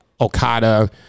Okada